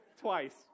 Twice